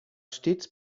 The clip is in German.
stets